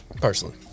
personally